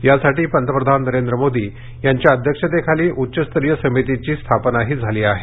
यासाठी पंतप्रधान नरेंद्र मोदी यांच्या अध्यक्षतेखाली उच्चस्तरीय समितीची स्थापनाही झाली आहे